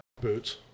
boots